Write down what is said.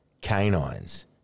canines